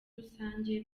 rusange